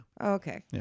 okay